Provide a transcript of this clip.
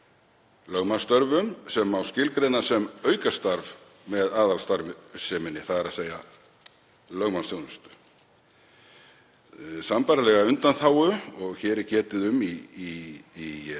lögmannsstörfum sem má skilgreina sem aukastarf með aðalstarfseminni, þ.e. lögmannsþjónustu. Sambærilega undanþágu og hér er getið um er